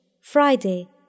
Friday